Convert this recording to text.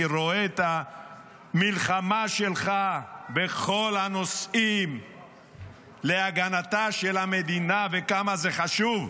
אני רואה את המלחמה שלך בכל הנושאים להגנתה של המדינה וכמה זה חשוב,